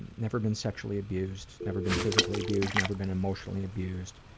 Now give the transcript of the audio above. and never been sexually abused, never been physically abused, never been emotionally abused.